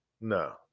No